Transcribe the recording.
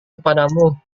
kepadamu